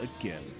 again